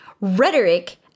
rhetoric